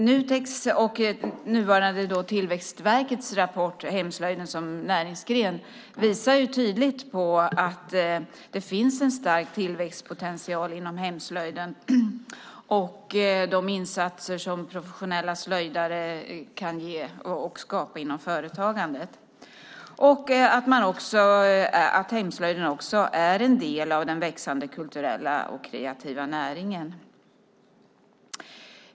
Nuteks och nuvarande Tillväxtverkets rapport Hemslöjden som näringsgren visar tydligt att det finns en stark tillväxtpotential inom hemslöjden, och de insatser som professionella slöjdare kan ge och skapa inom företagandet, och att hemslöjden är en del av den växande kulturella och kreativa näringen.